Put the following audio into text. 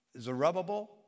Zerubbabel